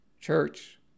church